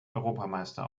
europameister